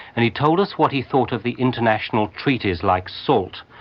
and he told us what he thought of the international treaties like salt,